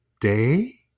day